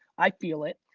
i feel it.